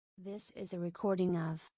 this is a recording of,